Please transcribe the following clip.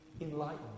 enlightened